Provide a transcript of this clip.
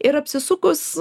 ir apsisukus